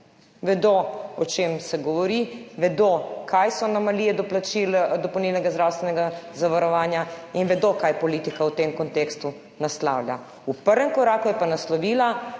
Vedo, o čem se govori, vedo, kaj so anomalije doplačil dopolnilnega zdravstvenega zavarovanja, in vedo, kaj politika v tem kontekstu naslavlja. V prvem koraku je pa naslovila